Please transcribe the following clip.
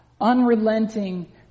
Unrelenting